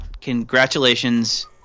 congratulations